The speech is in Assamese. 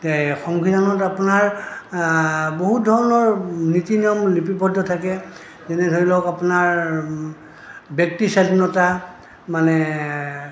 সংবিধানত আপোনাৰ বহুত ধৰণৰ নীতি নিয়ম লিপিবদ্ধ থাকে যেনে ধৰি লওক আপোনাৰ ব্যক্তি স্বাধীনতা মানে